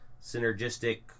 synergistic